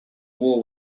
war